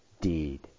deed